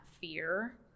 fear